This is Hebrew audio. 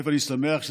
אני שמח,